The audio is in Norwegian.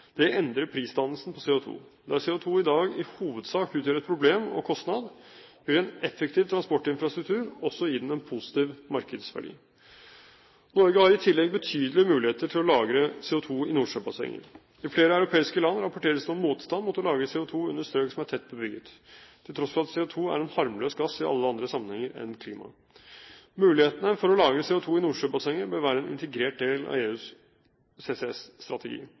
Det endrer prisdannelsen på CO2. Der CO2 i dag i hovedsak utgjør et problem og en kostnad, vil en effektiv transportinfrastruktur også gi den en positiv markedsverdi. Norge har i tillegg betydelige muligheter til å lagre CO2 i Nordsjøbassenget. I flere europeiske land rapporteres det om motstand mot å lagre CO2 under strøk som er tett bebygget, til tross for at CO2 er en harmløs gass i alle andre sammenhenger enn klima. Mulighetene for å lagre CO2 i Nordsjøbassenget bør være en integrert del av EUs